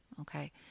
Okay